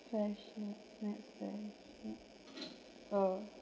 passion next pas~ oh